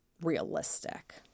realistic